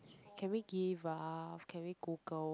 can we give up can we google